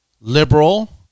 liberal